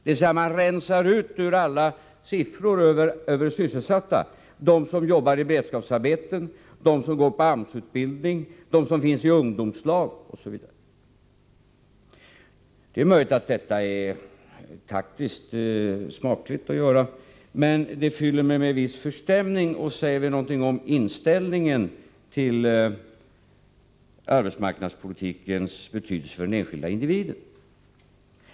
Man rensar alltså ut ur alla siffror över sysselsatta dem som jobbar i beredskapsarbeten, dem som går på AMS-utbildning, dem som finns i ungdomslag osv. Det är möjligt att det är taktisk smarthet att göra så, men det fyller mig med viss förstämning och säger mig någonting om inställningen till arbetsmarknadspolitikens betydelse för den enskilda individen.